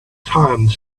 time